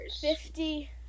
Fifty